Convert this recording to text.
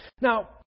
Now